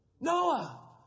Noah